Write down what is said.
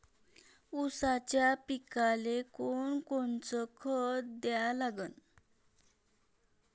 ऊसाच्या पिकाले कोनकोनचं खत द्या लागन?